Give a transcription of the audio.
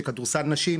של כדורסל נשים,